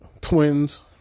Twins